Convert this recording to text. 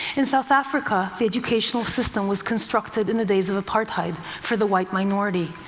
in south africa, the educational system was constructed in the days of apartheid for the white minority.